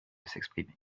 s’exprimer